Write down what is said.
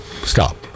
Stop